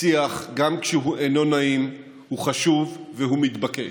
השיח, גם כשהוא אינו נעים, הוא חשוב והוא מתבקש.